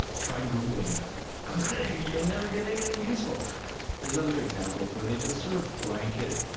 try googling that you'll never get anything useful there's other examples, where they just sort of blanket.